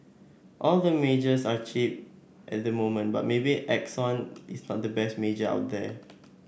all the majors are cheap at the moment but maybe Exxon is not the best major out there